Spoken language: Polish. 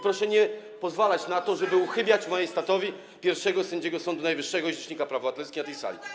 Proszę nie pozwalać na to, żeby uchybiać majestatowi pierwszego sędziego Sądu Najwyższego i rzecznika praw obywatelskich na tej sali.